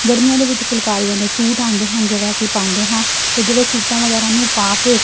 ਗਰਮੀਆਂ ਦੇ ਵਿੱਚ ਫੁਲਕਾਰੀਆਂ ਦੇ ਸੂਟ ਆਉਂਦੇ ਹਨ ਜਿਹੜੇ ਅਸੀਂ ਪਾਉਂਦੇ ਹਾਂ ਅਤੇ ਜਿਹੜੇ ਸੂਟਾਂ ਵਗੈਰਾ ਨੂੰ ਪਾ ਕੇ